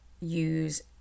use